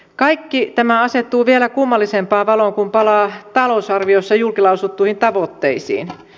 kaikki tämä asettuu vielä kummallisempaan valoon kun palaa talousarviossa julkilausuttuihin tavoitteisiin